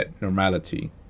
normality